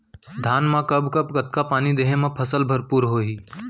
धान मा कब कब कतका पानी देहे मा फसल भरपूर होही?